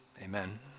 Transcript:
amen